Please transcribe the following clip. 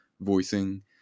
voicing